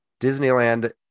Disneyland